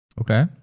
Okay